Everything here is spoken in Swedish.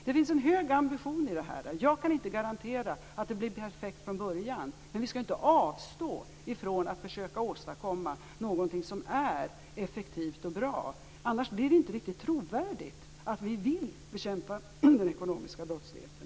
Det finns en hög ambition, men jag kan inte garantera att det hela blir perfekt från början. Men vi skall ju inte avstå ifrån att försöka att åstadkomma någonting som är effektivt och bra. Annars blir det inte riktigt trovärdigt att vi vill bekämpa den ekonomiska brottsligheten.